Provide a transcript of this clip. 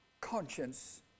conscience